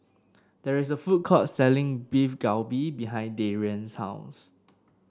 there is a food court selling Beef Galbi behind Darian's house